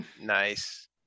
Nice